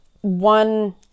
one